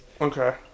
Okay